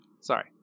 sorry